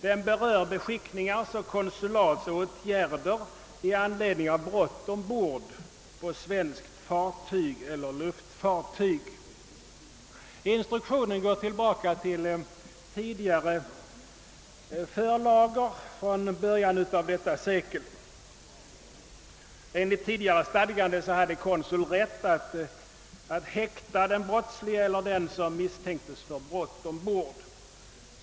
Den berör beskickningars och konsulats åtgärder i anledning av brott ombord på svenskt fartyg eller luftfartyg. Instruktionen går tillbaka till tidigare förlagor från början av detta sekel. Enligt tidigare stadgande hade konsul rätt att häkta den brottslige eller den som misstänktes för brott ombord.